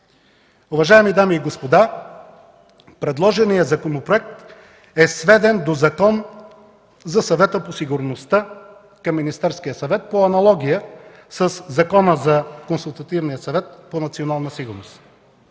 Уважаеми дами и господа, предложеният законопроект е сведен до Закон за Съвета по сигурността към Министерския съвет, по аналогия със Закона за Консултативния съвет по национална сигурност.